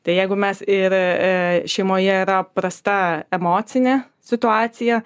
tai jeigu mes ir e šeimoje yra prasta emocinė situacija